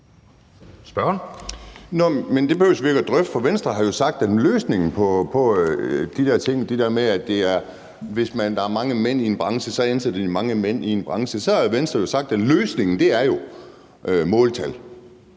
Andersen (NB): Men det behøver vi ikke drøfte, for Venstre har jo sagt, at løsningen på de der ting – det der med, at hvis der er mange mænd i en branche, så ansætter de mange mænd i den branche – er måltal, godt nok